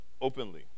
openly